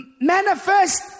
manifest